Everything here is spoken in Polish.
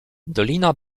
dolina